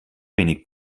wenig